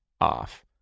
off